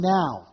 now